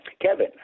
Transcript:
Kevin